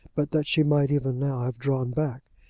but that she might even now have drawn back,